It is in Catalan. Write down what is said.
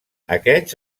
aquests